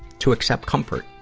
to accept comfort.